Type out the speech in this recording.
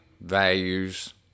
values